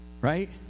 right